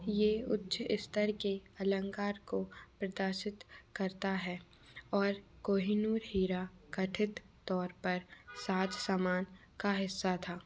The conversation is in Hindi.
ये उच्च स्तर के अलंकार को प्रदर्शित करता है और कोहिनूर हीरा कथित तौर पर साज सामान का हिस्सा था